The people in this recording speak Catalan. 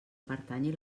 pertanyi